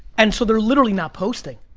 and so they're literally not posting.